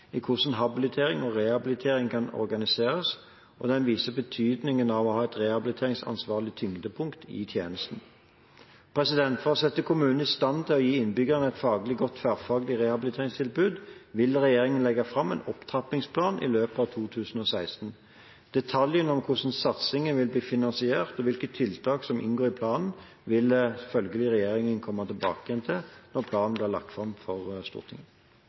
i hvordan habilitering og rehabilitering kan organiseres, og den viser betydningen av å ha et rehabiliteringsansvarlig tyngdepunkt i tjenestene. For å sette kommunene i stand til å gi innbyggerne et faglig godt tverrfaglig rehabiliteringstilbud, vil regjeringen legge fram en opptrappingsplan i løpet av 2016. Detaljene om hvordan satsingen vil bli finansiert, og hvilke tiltak som vil inngå i planen, vil følgelig regjeringen komme tilbake til når planen blir lagt fram for Stortinget.